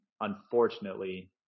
unfortunately